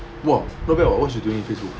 !wah! not bad [what] what she doing in Facebook